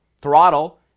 throttle